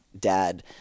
dad